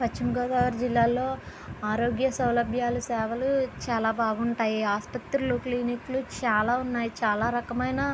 పశ్చిమగోదావరి జిల్లాలో ఆరోగ్య సౌలభ్య సేవలు చాలా బాగుంటాయి ఆస్పత్రులు క్లినిక్లు చాలా ఉన్నాయి చాలా రకమైన